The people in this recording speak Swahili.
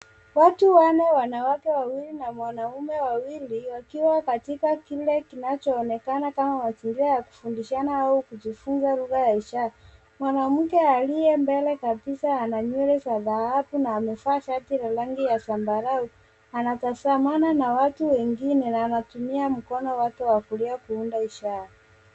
Watu wanne, wanawake wawili na mwanaume wawili wakiwa katika kile kinachoonekana kama mazingira ya kufundishana au kujifunza lugha ya ishara, mwanamke aliye mbele kabisa ana nywele za dhahabu na amevaa shati la rangi ya sambarau anatasamana na watu wengine na natumia mkono wake wa kulia kuunda ishara.